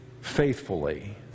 faithfully